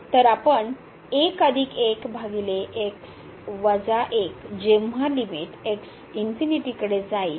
तर आपण 1 अधिक 1 भागिले x वजा 1 जेंव्हा लिमिट x कडे जाईल